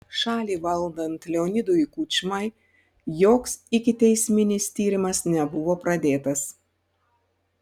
šalį valdant leonidui kučmai joks ikiteisminis tyrimas nebuvo pradėtas